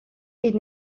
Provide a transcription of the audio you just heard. est